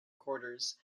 quarters